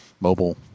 mobile